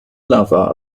lover